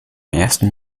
ersten